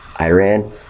Iran